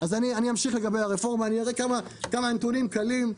אני אמשיך לגבי הרפורמה ואראה כמה נתונים קלים.